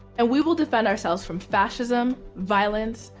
and we will defend ourselves from fascism, violence,